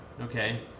Okay